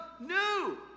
new